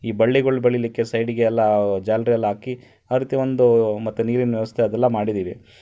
ಈ ಬಳ್ಳಿಗಳ ಬೆಳೀಲಿಕ್ಕೆ ಸೈಡಿಗೆ ಎಲ್ಲ ಜಾಲರಿ ಎಲ್ಲ ಹಾಕಿ ಆ ರೀತಿ ಒಂದು ಮತ್ತು ನೀರಿನ ವ್ಯವಸ್ಥೆ ಅದೆಲ್ಲ ಮಾಡಿದ್ದೀವಿ